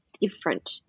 different